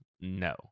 No